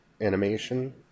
animation